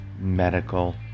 medical